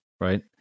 right